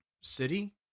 city